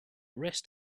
rest